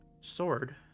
sword